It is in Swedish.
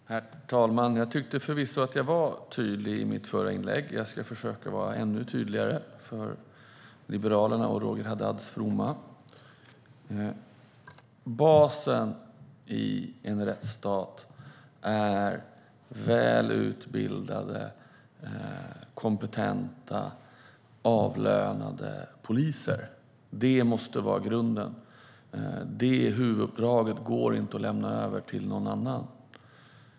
Herr talman! Jag tycker förvisso att jag var tydlig i mitt förra inlägg, men jag ska försöka vara ännu tydligare till fromma för Liberalerna och Roger Haddad: Basen i en rättsstat är väl utbildade, kompetenta och avlönade poliser. Det måste vara grunden. Det huvuduppdraget går inte att lämna över till någon annan.